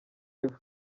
live